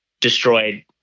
destroyed